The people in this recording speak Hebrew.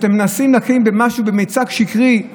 אתם מנסים להציג מיצג שקרי.